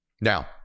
now